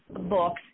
books